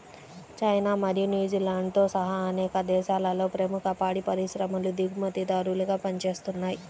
China మరియు న్యూజిలాండ్తో సహా అనేక దేశాలలో ప్రముఖ పాడి పరిశ్రమలు దిగుమతిదారులుగా పనిచేస్తున్నయ్